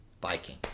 biking